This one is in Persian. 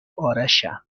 ارشم